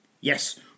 Yes